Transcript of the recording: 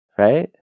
right